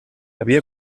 havia